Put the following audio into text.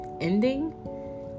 ending